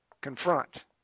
confront